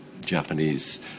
Japanese